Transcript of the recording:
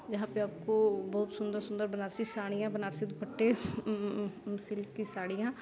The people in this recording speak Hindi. जहाँ पर आपको बहुत सुन्दर सुन्दर बनारसी साड़ियाँ बनारसी दुपट्टे सिल्क की साड़ियाँ